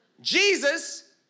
Jesus